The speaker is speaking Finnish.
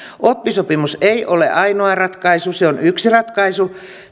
oppisopimus ei ole ainoa ratkaisu se on yksi ratkaisu